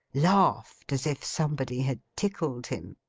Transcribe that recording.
laughed as if somebody had tickled him.